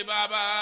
Baba